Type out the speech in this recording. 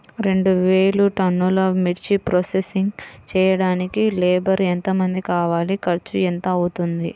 రెండు వేలు టన్నుల మిర్చి ప్రోసెసింగ్ చేయడానికి లేబర్ ఎంతమంది కావాలి, ఖర్చు ఎంత అవుతుంది?